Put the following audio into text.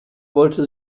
wollte